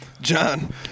john